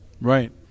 right